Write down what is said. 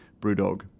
BrewDog